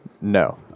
No